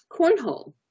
cornhole